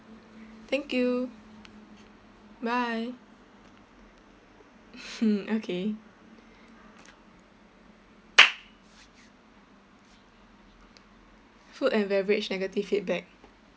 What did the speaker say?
thank you bye okay food and beverage negative feedback